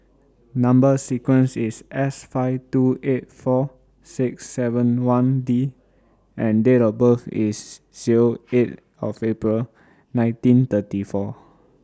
Number sequence IS S five two eight four six seven one D and Date of birth IS Zero eight of April nineteen thirty four